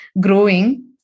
growing